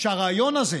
שהרעיון הזה